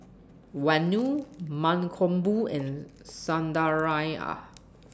Vanu Mankombu and Sundaraiah